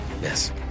Yes